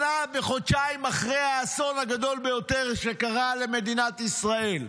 שנה וחודשיים אחרי האסון הגדול ביותר שקרה למדינת ישראל,